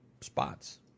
spots